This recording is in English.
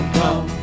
come